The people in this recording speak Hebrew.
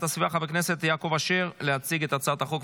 הסביבה חבר הכנסת יעקב אשר להציג את הצעת החוק.